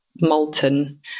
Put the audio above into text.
molten